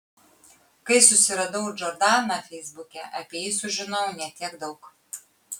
kai susiradau džordaną feisbuke apie jį sužinojau ne tiek daug